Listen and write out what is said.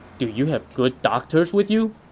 do you have good doctors with you?